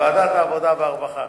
העבודה והרווחה.